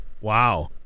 Wow